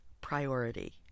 priority